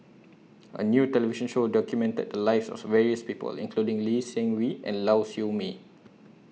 A New television Show documented The Lives of various People including Lee Seng Wee and Lau Siew Mei